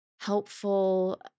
helpful